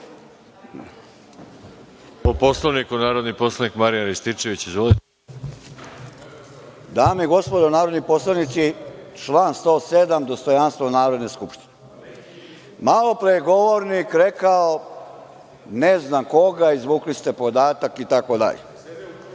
i gospodo narodni poslanici, član 107. dostojanstvo Narodne skupštine. Malo pre je govornik rekao - ne znam koga, izvukli ste podatak itd, a